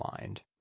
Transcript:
mind